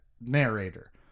narrator